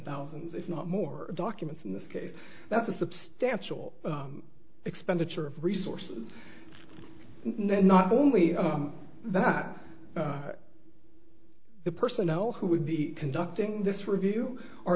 thousands if not more documents in this case that's a substantial expenditure of resources not only that the personnel who would be conducting this review